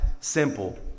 simple